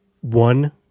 one